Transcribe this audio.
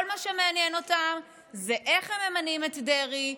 כל מה שמעניין אותם זה איך הם ממנים את דרעי,